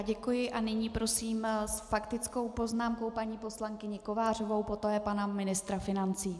Děkuji a nyní prosím s faktickou poznámkou paní poslankyni Kovářovou, poté pana ministra financí.